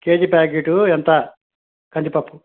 KG packet ఎంత కందిపప్పు